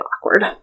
awkward